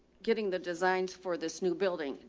getting the designs for this new building,